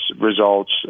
results